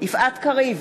יפעת קריב,